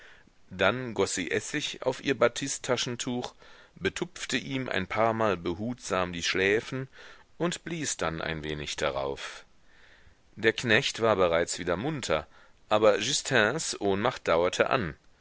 dann goß sie essig auf ihr batisttaschentuch betupfte ihm ein paarmal behutsam die schläfen und blies dann ein wenig darauf der knecht war bereits wieder munter aber justins ohnmacht dauerte an